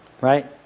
Right